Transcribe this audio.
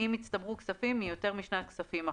אם הצטברו כספים מיותר משנת כספים אחת.